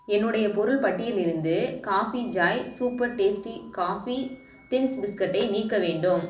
என்னுடைய பொருள் பட்டியலிலிருந்து coffee joy super tasty coffee things பிஸ்கட்டை நீக்க வேண்டும்